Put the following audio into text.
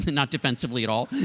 not defensively at all.